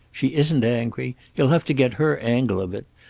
she isn't angry. you'll have to get her angle of it.